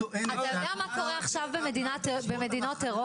אתה יודע מה קורה היום במדינות אירופה?